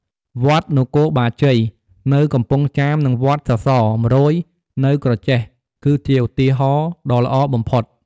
វត្តនគរបាជ័យនៅកំពង់ចាម និងវត្តសសរ ១០០ នៅក្រចេះ គឺជាឧទាហរណ៍ដ៏ល្អបំផុត។